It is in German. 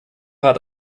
hat